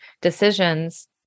decisions